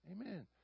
Amen